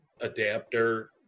adapter